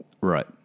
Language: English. Right